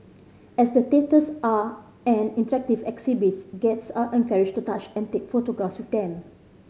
as the statues are an interactive exhibit guests are encouraged to touch and take photographs with them